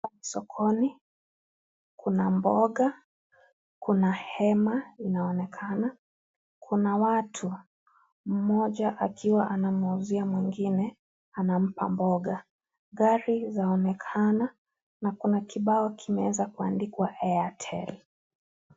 Sokoni, kuna mboga, kuna hema inaonekana, kuna watu. Mmoja akiwa anamuuzia mwingine, anampa mboga. Gari za onekana na kuna kibao kimeweza kuandikwa Airtel.